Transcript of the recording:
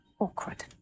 awkward